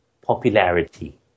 popularity